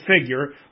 figure